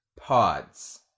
pods